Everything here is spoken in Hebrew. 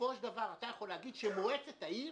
בסופו של דבר, אתה יכול להגיד שמועצת העיר